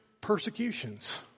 persecutions